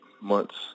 months